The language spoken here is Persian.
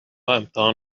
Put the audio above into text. امتحان